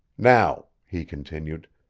now, he continued,